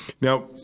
now